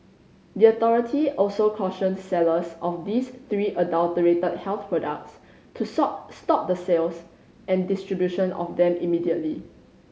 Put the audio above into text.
the authority also cautioned sellers of these three adulterated health products to stop stop the sales and distribution of them immediately